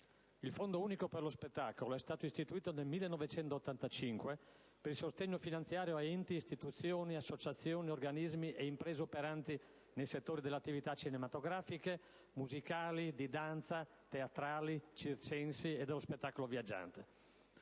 Il Fondo unico per lo spettacolo è stato istituito nel 1985 per il sostegno finanziario ad enti, istituzioni, associazioni, organismi e imprese operanti nei settori delle attività cinematografiche, musicali, di danza, teatrali, circensi e dello spettacolo viaggiante